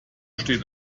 steht